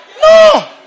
no